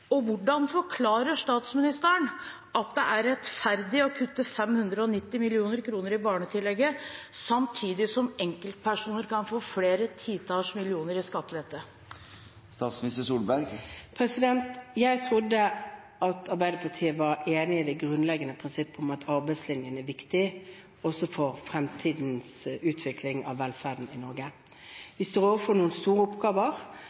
Hvordan forklarer statsministeren at det er rettferdig å kutte 590 mill. kr i barnetillegget, samtidig som enkeltpersoner kan få flere titalls millioner i skattelette? Jeg trodde at Arbeiderpartiet var enig i det grunnleggende prinsipp om at arbeidslinjen er viktig, også for fremtidens utvikling av velferden i Norge. Vi står overfor noen store oppgaver